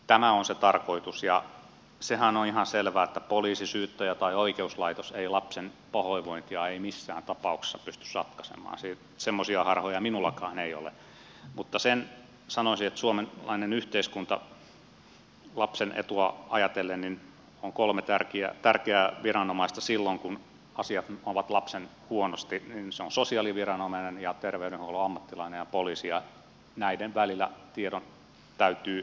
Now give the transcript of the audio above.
tämä on se tarkoitus ja sehän on ihan selvää että poliisi syyttäjä tai oikeuslaitos ei lapsen pahoinvointia missään tapauksessa pystyisi ratkaisemaan semmoisia harhoja minullakaan ei ole mutta sen sanoisin että suomalaisessa yhteiskunnassa lapsen etua ajatellen on kolme tärkeää viranomaista silloin kun asiat ovat lapsella huonosti ne ovat sosiaaliviranomainen ja terveydenhuollon ammattilainen ja poliisi ja näiden välillä tiedon täytyy kulkea